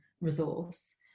resource